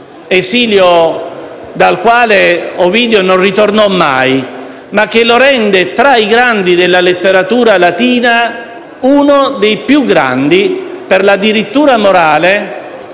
Tomi, dal quale non ritornò mai e che lo rende, tra i grandi della letteratura latina, uno dei più grandi per la dirittura morale